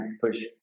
push